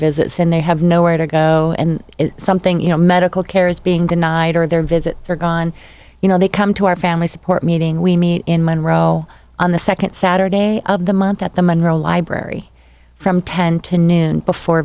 visits and they have nowhere to go and something you know medical care is being denied or their visits are gone you know they come to our family support meeting we meet in monroe on the second saturday of the month at the monroe library from ten to noon before